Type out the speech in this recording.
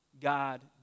God